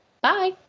Bye